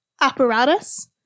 apparatus